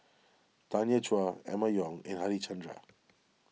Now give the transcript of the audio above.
Tanya Chua Emma Yong and Harichandra